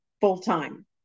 full-time